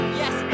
yes